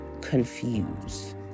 confused